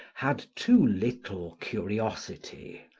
had too little curiosity,